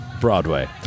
Broadway